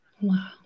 Wow